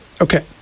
Okay